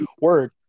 word